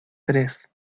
tres